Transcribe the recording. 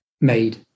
made